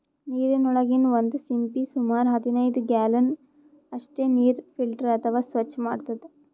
ನೀರಿನೊಳಗಿನ್ ಒಂದ್ ಸಿಂಪಿ ಸುಮಾರ್ ಹದನೈದ್ ಗ್ಯಾಲನ್ ಅಷ್ಟ್ ನೀರ್ ಫಿಲ್ಟರ್ ಅಥವಾ ಸ್ವಚ್ಚ್ ಮಾಡ್ತದ್